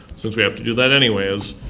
since we have to do that anyways,